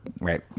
right